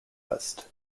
list